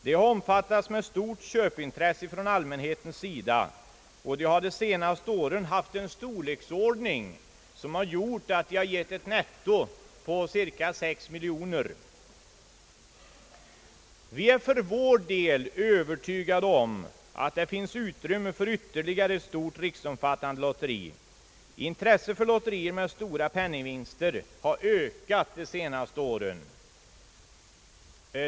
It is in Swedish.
De omfattas med mycket stort köpintresse från allmänhetens sida, och de har de senaste åren haft en storleksordning som gjort att de gett ett årligt netto på cirka 6 miljoner kronor. Vi för vår del är övertygade om att det finns utrymme för ytterligare ett stort riksomfattande lotteri. Intresset för lotterier med stora penningvinster har ökat de senaste åren.